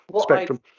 spectrum